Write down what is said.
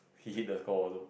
he hit the score also